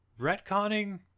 retconning